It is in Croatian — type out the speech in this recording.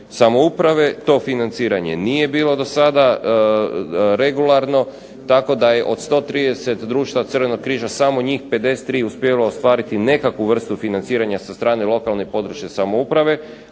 samouprave to financiranje nije bilo do sada regularno tako da je od 130 društava crvenog križa samo njih 53 uspijevalo ostvariti nekakvu vrstu financiranja sa strane lokalne i područne samouprave,